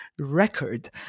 record